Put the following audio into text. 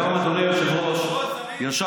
ראשון הדוברים יהיה חבר הכנסת דוד אמסלם.